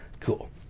Cool